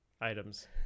items